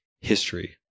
history